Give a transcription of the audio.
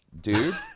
Dude